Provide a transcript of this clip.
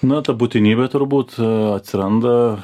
na ta būtinybė turbūt atsiranda